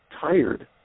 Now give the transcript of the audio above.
tired